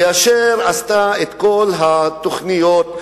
כאשר עשתה את כל התוכניות,